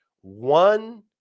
One